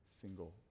single